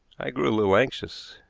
i grew a little anxious.